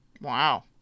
Wow